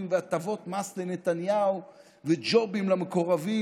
והטבות מס לנתניהו וג'ובים למקורבים.